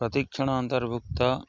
ପ୍ରତିକ୍ଷଣ ଅନ୍ତର୍ଭୁକ୍ତ